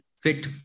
fit